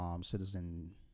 Citizen